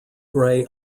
grey